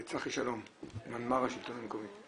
צחי שלום, מנמ"ר מרכז השלטון המקומי.